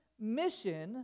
mission